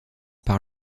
par